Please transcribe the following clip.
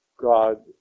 God